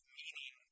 meaning